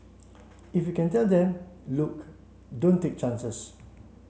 if you can tell them look don't take chances